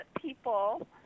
people